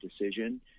decision